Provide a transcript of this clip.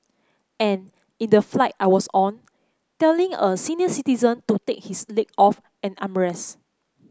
and in the flight I was on telling a senior citizen to take his leg off an armrest